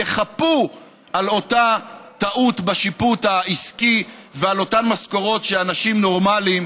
יחפו על אותה טעות בשיפוט העסקי ועל אותן משכורות שאנשים נורמליים,